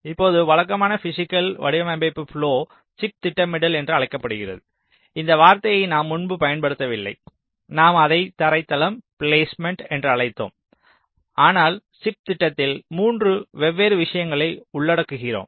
இப்போது வழக்கமான பிஸிக்கல் வடிவமைப்பு ப்லொ சிப் திட்டமிடல் என்று அழைக்கப்படுகிறது இந்த வார்த்தையை நாம் முன்பு பயன்படுத்தவில்லை நாம் அதை தரைத்தளம் பிலேஸ்மேன்ட் என்று அழைத்தோம் ஆனால் சிப் திட்டத்தில் 3 வெவ்வேறு விஷயங்களை உள்ளடக்குகிறோம்